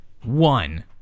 One